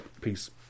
peace